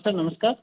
sir नमस्कार